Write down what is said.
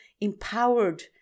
empowered